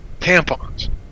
tampons